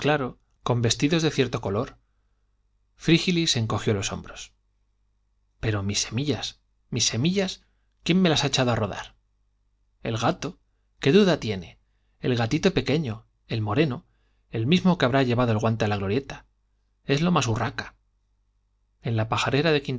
con vestidos de cierto color frígilis encogió los hombros pero mis semillas mis semillas quién me las ha echado a rodar el gato qué duda tiene el gatito pequeño el moreno el mismo que habrá llevado el guante a la glorieta es lo más urraca en la pajarera